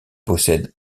possèdent